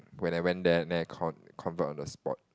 when I went there then I con~ convert on the spot